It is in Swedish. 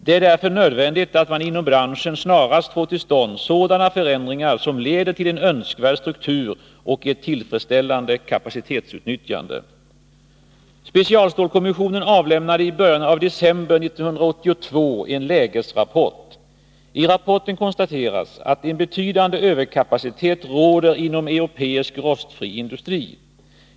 Det är därför nödvändigt att man inom branschen snarast får till stånd sådana förändringar som leder till en önskvärd struktur och ett tillfredsställande kapacitetsutnyttjande. Specialstålskommissionen avlämnade i början av december 1982 en lägesrapport. I rapporten konstateras att en betydande överkapacitet råder inom europeisk rostfri industri.